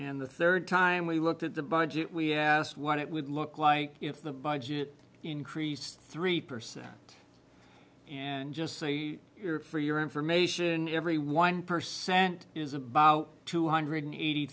and the third time we looked at the budget we asked what it would look like if the budget increased three percent and just say you are for your information every one percent is about two hundred eighty